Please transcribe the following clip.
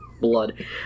blood